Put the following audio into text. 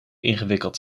ingewikkeld